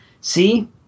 see